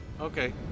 Okay